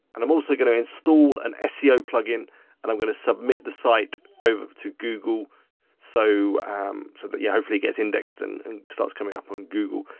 and i'm also going to and instal an seo plugin and i'm going to submit the site over to google so um so but yeah hopefully get indexed and and starts coming up on google.